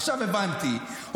עכשיו הבנתי,